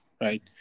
right